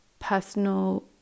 personal